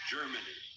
Germany